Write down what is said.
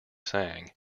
sang